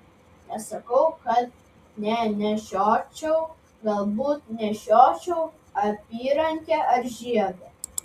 nesakau kad nenešiočiau galbūt nešiočiau apyrankę ar žiedą